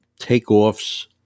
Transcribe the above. takeoffs